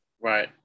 right